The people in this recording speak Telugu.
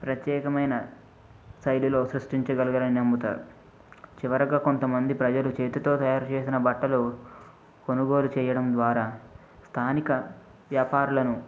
ప్రత్యేకమైన సైడులో సృష్టించగలరు అని నమ్ముతారు చివరగా కొంతమంది ప్రజలు చేతితో తయారు చేసిన బట్టలు కొనుగోలు చేయడం ద్వారా స్థానిక వ్యాపారులను